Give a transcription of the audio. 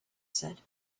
said